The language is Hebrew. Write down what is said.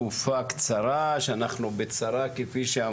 לתהליכים שלמים שאני לא יודעת לעשות את זה עצמאית כלכלית,